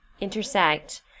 intersect